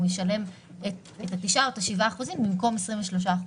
הוא ישלב את ה-9 או את ה-7 אחוז במקום 23 אחוז.